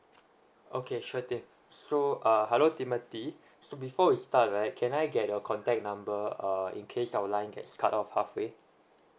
okay sure thing so uh hello timothy so before we start right can I get your contact number uh in case our line gets cut off halfway